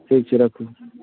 ठीक छै रक्खू